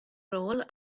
rôl